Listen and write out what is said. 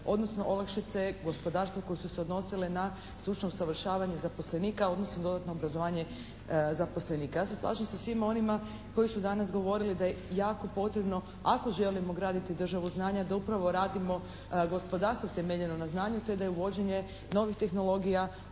odnosno olakšice gospodarstvo koje su se odnosile na stručno usavršavanje zaposlenika, odnosno dodatno obrazovanje zaposlenika. Ja se slažem sa svima onima koji su danas govorili da je jako potrebno ako želimo graditi državu znanja da upravo radimo gospodarstvo temeljeno na znanju te da je uvođenje novih tehnologija,